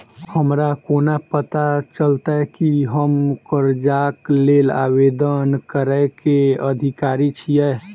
हमरा कोना पता चलतै की हम करजाक लेल आवेदन करै केँ अधिकारी छियै?